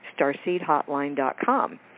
starseedhotline.com